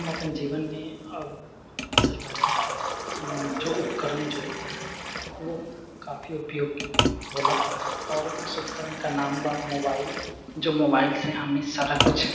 हम अपन जीवनमे सर्वाधिक जो उपकरण जो होता है वो काफी उपयोग होला आओर ओहि उपकरणके नाम बा मोबाइल जो मोबाइल से हमनी सारा किछु